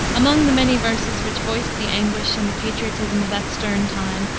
among the many verses which voiced the anguish and the patriotism of that stern time,